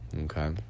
okay